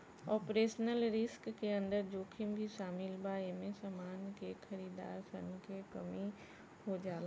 operational risk के अंदर जोखिम भी शामिल बा एमे समान के खरीदार सन के कमी हो जाला